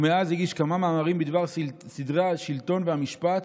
ומאז הגיש כמה מאמרים בדבר סדרי השלטון והמשפט